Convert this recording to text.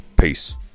Peace